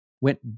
went